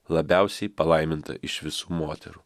labiausiai palaiminta iš visų moterų